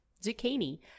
zucchini